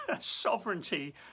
sovereignty